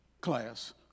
class